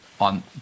on